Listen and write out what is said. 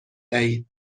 دهید